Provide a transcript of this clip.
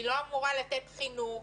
היא לא אמורה לתת חינוך.